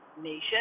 nation